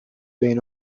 بین